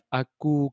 aku